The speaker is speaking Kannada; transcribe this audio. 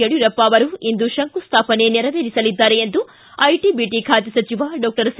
ಯಡಿಯೂರಪ್ಪ ಇಂದು ಶಂಕುಸ್ಥಾಪನೆ ನೆರವೇರಿಸಲಿದ್ದಾರೆ ಎಂದು ಐಟಿ ಬಿಟಿ ಖಾತೆ ಸಚಿವ ಡಾಕ್ಟರ್ ಸಿ